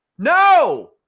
No